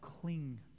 cling